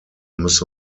müsse